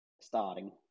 starting